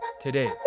today